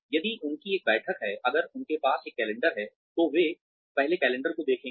यदि उनकी एक बैठक है अगर उनके पास एक कैलेंडर है तो वे पहले कैलेंडर को देखेंगे